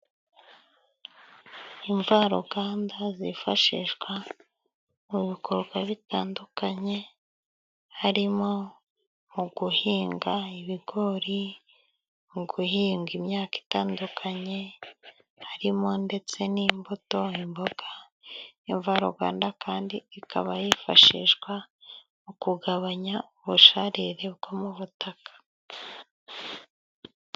Imvaruganda zifashishwa mu bikorwa bitandukanye harimo mu guhinga ibigori, mu guhinga imyaka itandukanye, harimo ndetse n'imbuto, imboga. Imvaruganda kandi ikaba yifashishwa mu kugabanya ubusharire bwo mu butaka.